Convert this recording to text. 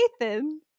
nathan